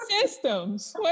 systems